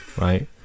right